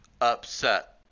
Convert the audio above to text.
upset